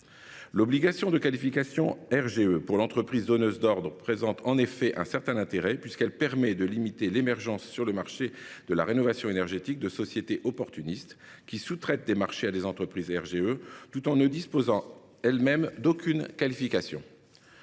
L’obligation de qualification RGE pour l’entreprise donneuse d’ordre présente en effet un certain intérêt puisqu’elle permet de limiter l’émergence sur le marché de la rénovation énergétique de sociétés opportunistes, qui sous traitent des marchés à des entreprises RGE tout en ne disposant elles mêmes d’aucune qualification.